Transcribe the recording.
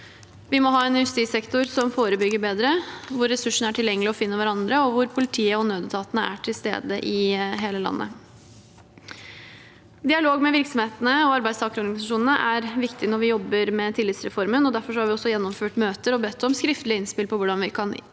Vi må ha en justissektor som forebygger bedre, hvor ressursene er tilgjengelige og finner hverandre, og hvor politiet og nødetatene er til stede i hele landet. Dialog med virksomhetene og arbeidstakerorganisasjonene er viktig når vi jobber med tillitsreformen, og derfor har vi også gjennomført møter og bedt om skriftlige innspill for hvordan vi kan